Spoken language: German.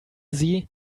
sie